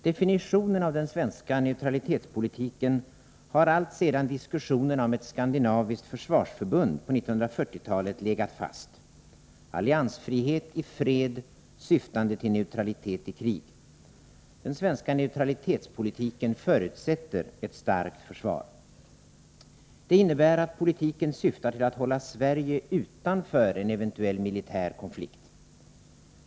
Definitionen av den svenska neutralitetspolitiken har alltsedan diskussionerna om ett skandinaviskt försvarsförbund på 1940-talet legat fast: alliansfrihet i fred syftande till neutralitet i krig. Den svenska neutralitetspolitiken förutsätter ett starkt försvar. Detta innebär att politiken syftar till att hålla Sverige utanför en eventuell militär konflikt.